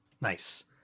Nice